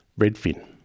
redfin